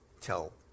tell